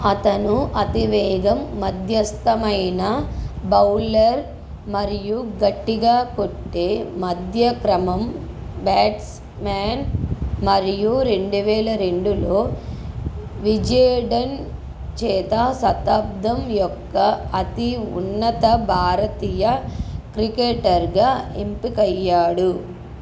అతను అతి వేగం మధ్యస్థమైన బౌలర్ మరియు గట్టిగా కొట్టే మధ్య క్రమం బ్యాట్స్మ్యాన్ మరియు రెండువేల రెండులో విజేడన్ చేత శతాబ్దం యొక్క అతి ఉన్నత భారతీయ క్రికెటర్గా ఎంపికయ్యాడు